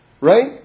Right